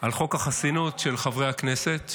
על חוק החסינות של חברי הכנסת,